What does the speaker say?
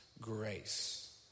grace